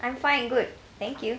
I'm fine good thank you